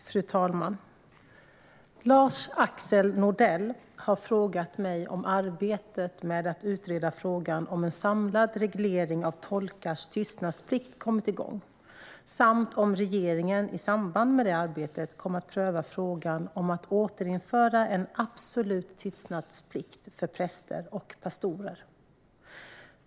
Fru talman! Lars-Axel Nordell har frågat mig om arbetet med att utreda frågan om en samlad reglering av tolkars tystnadsplikt har kommit igång, samt om regeringen i samband med det arbetet kommer att pröva frågan om att återinföra en absolut tystnadsplikt för präster och pastorer.